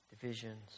divisions